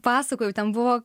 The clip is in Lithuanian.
pasakoju ten buvo